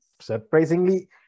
surprisingly